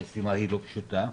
המשימה היא לא פשוטה,